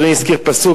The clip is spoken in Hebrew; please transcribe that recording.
אדוני הזכיר פסוק,